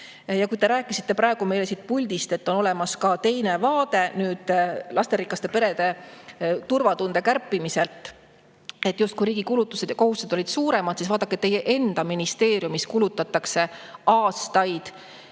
Kui te rääkisite praegu meile siit puldist, et on olemas ka teine vaade lasterikaste perede turvatunde kärpimisele, justkui riigi kulutused ja kohustused olid suuremad, siis vaadake, teie enda ministeeriumis kulutatakse aastaid